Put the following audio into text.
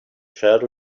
felt